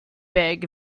big